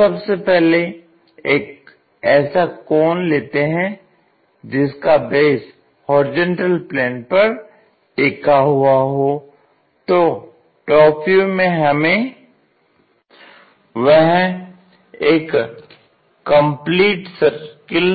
तो सबसे पहले एक ऐसा कॉन लेते हैं जिसका बेस होरिजेंटल प्लेन पर टिका हुआ हो तो टॉप व्यू में हमें वह एक कंप्लीट या पूरा सर्कल